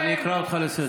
אני אקרא אותך לסדר.